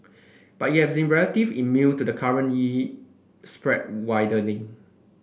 but it have relative immune to the current yield spread widening